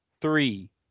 three